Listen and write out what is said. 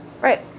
Right